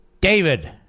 David